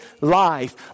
life